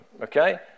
Okay